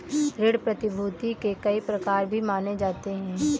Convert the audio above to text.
ऋण प्रतिभूती के कई प्रकार भी माने जाते रहे हैं